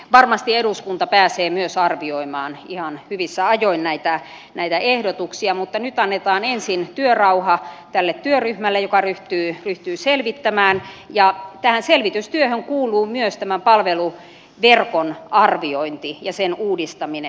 varmasti eduskunta pääsee myös arvioimaan ihan hyvissä ajoin näitä ehdotuksia mutta nyt annetaan ensin työrauha tälle työryhmälle joka ryhtyy selvittämään ja tähän selvitystyöhön kuuluu myös tämän palveluverkon arviointi ja sen uudistaminen